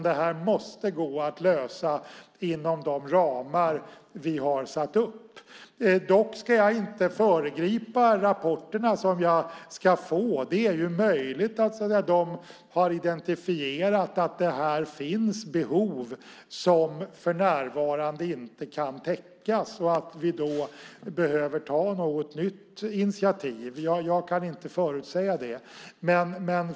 Detta måste gå att lösa inom de ramar vi har satt upp. Dock ska jag inte föregripa rapporterna som jag ska få. Det är möjligt att de har identifierat att det finns behov som för närvarande inte kan täckas och att vi då behöver ta något nytt initiativ. Jag kan inte förutsäga det.